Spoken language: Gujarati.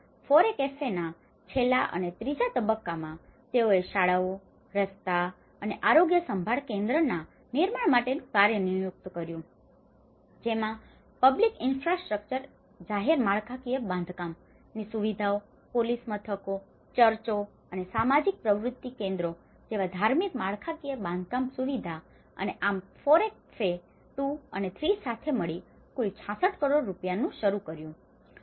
અને ફોરેકફેના છેલ્લા અને ત્રીજા તબક્કામાં તેઓએ શાળાઓ રસ્તાઓ અને આરોગ્ય સંભાળ કેન્દ્રોના નિર્માણ માટેનું કાર્ય નિયુક્ત કર્યું જેમાં પબ્લિક ઇનફ્રાસ્ટ્રક્ચર public infrastructure જાહેર માળખાકીય બાંધકામ સુવિધાઓ પોલીસ મથકો ચર્ચો અને સામાજિક પ્રવૃત્તિ કેન્દ્રો જેવા ધાર્મિક માળખાકીય બાંધકામ સુવિધાઓ અને આમ ફોરેકફે 1 2 અને 3 સાથે મળીને કુલ 66 કરોડ રૂપિયાનું કાર્ય થયું હતું